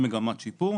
כן רואים מגמת שיפור.